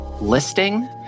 listing